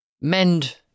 mend